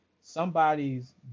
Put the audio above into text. Somebody's